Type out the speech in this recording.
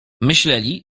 myśleli